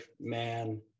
man